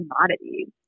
commodities